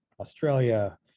Australia